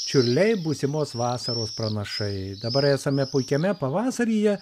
čiurliai būsimos vasaros pranašai dabar esame puikiame pavasaryje